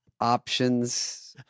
options